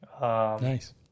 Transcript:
Nice